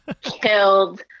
killed